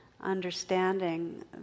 understanding